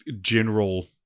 general